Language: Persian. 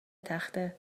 تخته